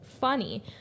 funny